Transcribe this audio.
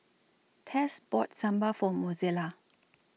Tess bought Sambal For Mozella